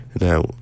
Now